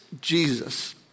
Jesus